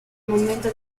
momento